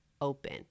open